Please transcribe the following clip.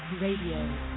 Radio